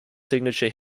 signature